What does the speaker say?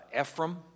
Ephraim